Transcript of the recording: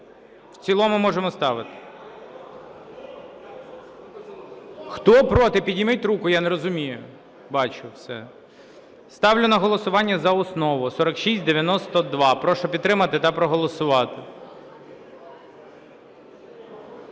В цілому можемо ставити? Хто проти, підніміть руку, Я не розумію. Бачу, все. Ставлю на голосування за основу 4692. Прошу підтримати та проголосувати.